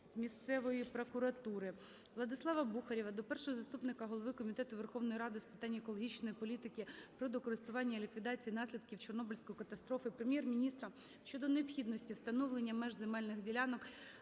місцевої прокуратури. Владислава Бухарєва до першого заступника Голови Комітету Верховної Ради України з питань екологічної політики, природокористування та ліквідації наслідків Чорнобильської катастрофи, Прем'єр-міністра щодо необхідності встановлення меж земельних ділянок